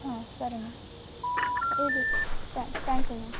ಹಾಂ ಸರಿ ಮ್ಯಾ ಇದು ತ್ಯಾಂಕ್ ಯು ಮ್ಯಾಮ್